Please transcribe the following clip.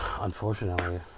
Unfortunately